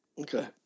Okay